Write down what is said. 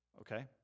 Okay